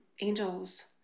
angels